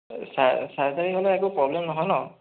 হয় চাৰ্জাৰী হ'লে একো প্ৰ'ব্লেম নহয় ন